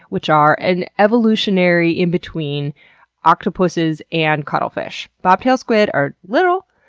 which are an evolutionary in between octopuses and cuttlefish. bobtail squid are little,